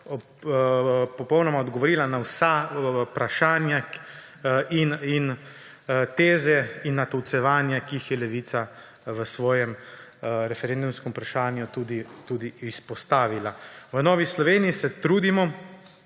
popolnoma odgovorila na vsa vprašanja, teze in natolcevanja, ki jih je Levica v svojem referendumskem vprašanju tudi izpostavila. V Novi Sloveniji se trudimo,